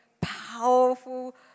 powerful